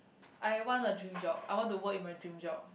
I want a dream job I want to work in my dream job